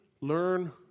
learn